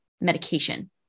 medication